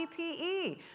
PPE